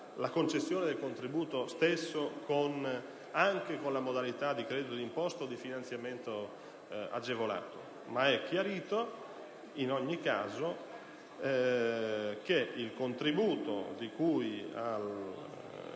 la concessione del contributo stesso anche con la modalità di credito d'imposta o di finanziamento agevolato - ha chiarito che il contributo, di cui